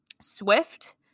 swift